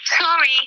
Sorry